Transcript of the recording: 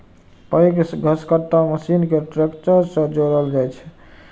पैघ घसकट्टा मशीन कें ट्रैक्टर सं जोड़ल जाइ छै